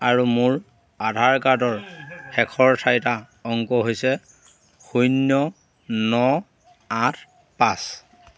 আৰু মোৰ আধাৰ কাৰ্ডৰ শেষৰ চাৰিটা অংক হৈছে শূন্য ন আঠ পাঁচ